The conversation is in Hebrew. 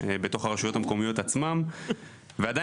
בתוך הרשויות המקומיות עצמן.